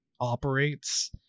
operates